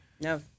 No